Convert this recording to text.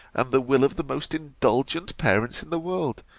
and the will of the most indulgent parents in the world,